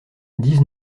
dix